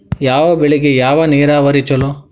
ಯಾವ ಬೆಳಿಗೆ ಯಾವ ನೇರಾವರಿ ಛಲೋ?